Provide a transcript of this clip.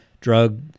drug